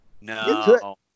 No